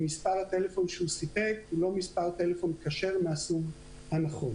מספר הטלפון שהוא סיפק הוא לא מספר טלפון כשר מהסוג הנכון,